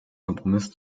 kompromiss